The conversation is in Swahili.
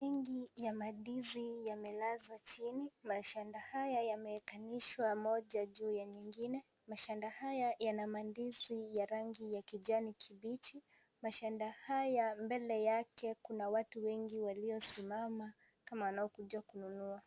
Mingi ya mandizi yamelazwa chini. Mashanda haya yamewekanishwa moja juu ya nyingine. Mashanda haya yana mandizi ya rangi ya kijani kibichi. Mashanda haya mbele yake kuna watu wengi waliosimama kama wanaokuja kununua.